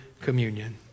communion